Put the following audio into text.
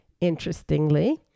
interestingly